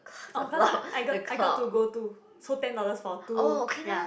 oh cause I I got I got to go to so ten dollars for two ya